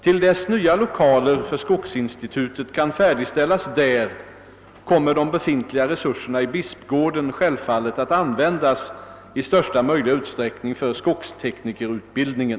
Till dess nya lokaler för skogsinstitutet kan färdigställas där kommer de befintliga resurserna i Bispgården självfallet att användas i största möjliga utsträckning för skogsteknikerutbildningen.